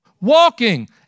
Walking